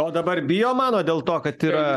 o dabar bijo manot dėl to kad yra